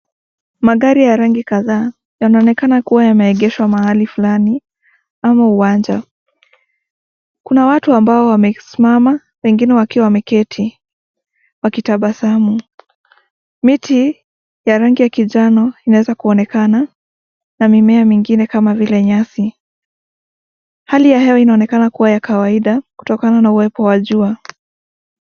Magari ya rangi kadhaa yanaonekana kuwa yameegeshwa mahali fulani ama uwanja. Kuna watu ambao wamesimama wengine wakiwa wameketi wakitabasamu. Miti ya rangi ya kijano imeweza kuonekana na mimea mingine kama vile nyasi. Hali ya hewa inaonekana kuwa ya kawaida kutokana na uwepo wa jua.